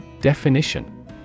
Definition